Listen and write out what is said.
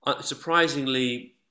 surprisingly